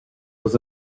was